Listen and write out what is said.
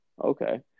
okay